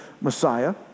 Messiah